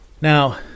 Now